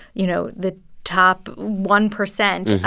you know, the top one percent,